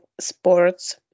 sports